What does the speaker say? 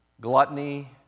Gluttony